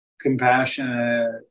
compassionate